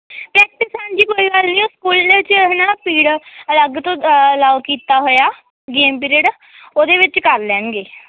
practice ਹਾਂਜੀ ਕੋਈ ਗੱਲ ਨਹੀਂ ਸਕੂਲ 'ਚ ਹੈ ਨਾ ਪੀਰੀਅਡ ਅਲੱਗ ਤੋਂ ਅਲਾਓ ਕੀਤਾ ਹੋਇਆ ਗੇਮ ਪੀਰੀਅਡ ਉਹਦੇ ਵਿੱਚ ਕਰ ਲੈਣਗੇ